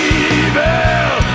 evil